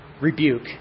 rebuke